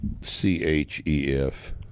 Chef